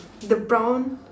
the brown